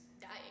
dying